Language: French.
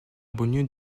banlieue